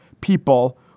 people